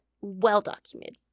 Well-documented